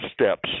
steps